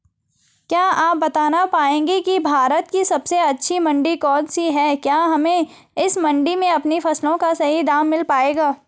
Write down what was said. क्या आप बताना पाएंगे कि भारत की सबसे अच्छी मंडी कौन सी है क्या हमें इस मंडी में अपनी फसलों का सही दाम मिल पायेगा?